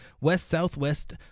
west-southwest